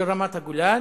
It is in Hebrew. של רמת-הגולן,